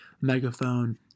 Megaphone